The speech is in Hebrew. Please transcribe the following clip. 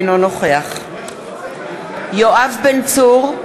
אינו נוכח יואב בן צור,